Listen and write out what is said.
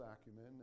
acumen